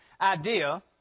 idea